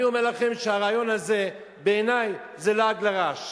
אני אומר לכם שהרעיון הזה, בעיני, הוא לעג לרש,